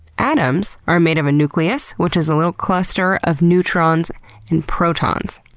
atoms are made of a nucleus which is a little cluster of neutrons and protons.